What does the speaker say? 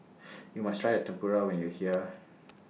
YOU must Try Tempura when YOU Are here